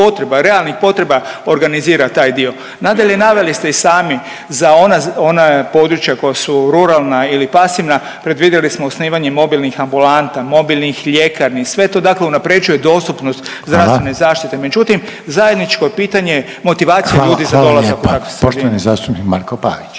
potreba, realnih potreba organizira taj dio. Nadalje, naveli ste i sami za ona, ona područja koja su ruralna ili pasivna predvidjeli smo osnivanje mobilnih ambulanta, mobilnih ljekarni. Sve to dakle unapređuje dostupnost …/Upadica: Hvala./… zdravstvene zaštite. Međutim, zajedničko je pitanje motivacija ljudi …/Upadica: Hvala, hvala lijepa./… za dolazak u takve